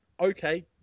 Okay